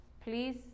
please